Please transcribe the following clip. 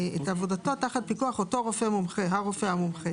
עבודתו תחת פיקוח אותו הרופא המומחה.